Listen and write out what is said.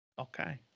Okay